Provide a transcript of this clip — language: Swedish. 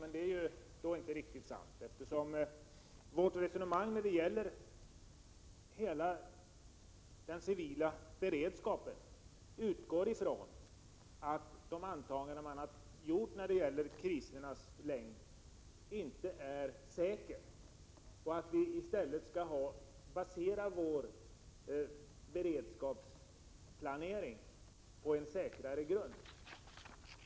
Men det är inte riktigt sant, eftersom vårt resonemang när det gäller den civila beredskapen utgår från att de antaganden man har gjort beträffande krisernas längd inte är säkra, utan att vi måste basera vår beredskapsplanering på en säkrare grund.